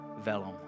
Vellum